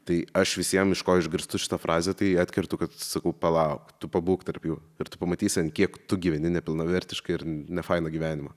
tai aš visiem iš ko išgirstu šitą frazę tai atkertu kad sakau palauk tu pabūk tarp jų ir tu pamatysi ant kiek tu gyveni nepilnavertišką ir nefainą gyvenimą